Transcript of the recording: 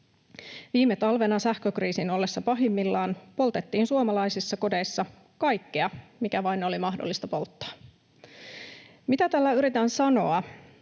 Viime talvena sähkökriisin ollessa pahimmillaan poltettiin suomalaisissa kodeissa kaikkea, mikä vain oli mahdollista polttaa. Se, mitä tällä yritän sanoa,